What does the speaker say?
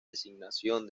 designación